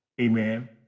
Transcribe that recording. amen